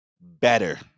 better